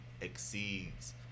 exceeds